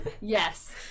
Yes